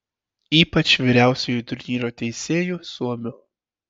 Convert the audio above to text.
ypač vyriausiuoju turnyro teisėju suomiu